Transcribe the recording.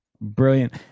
Brilliant